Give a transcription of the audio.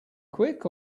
quick